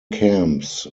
camps